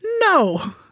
No